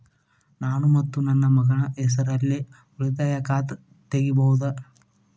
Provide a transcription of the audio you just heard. ನಾನು ಮತ್ತು ನನ್ನ ಮಗನ ಹೆಸರಲ್ಲೇ ಉಳಿತಾಯ ಖಾತ ತೆಗಿಬಹುದ?